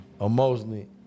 emotionally